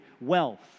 wealth